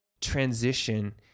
transition